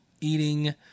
eating